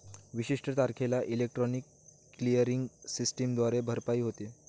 विशिष्ट तारखेला electronic clearing सिस्टमद्वारे भरपाई होते